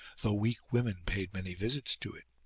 though weak women paid many visits to it.